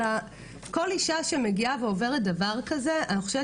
אלא כל אישה שמגיעה ועוברת דבר כזה אני חושבת